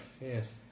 yes